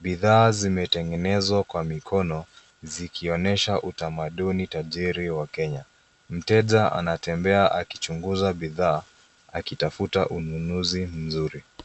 Bidhaa zimetengenezwa kwa mikono, zikionyesha utamaduni tajiri wa Kenya. Mteja anatembea akichunguza bidhaa, akitafuta ununuzi mzuri.